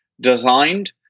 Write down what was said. designed